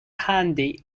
handy